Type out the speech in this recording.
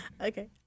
Okay